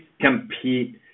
compete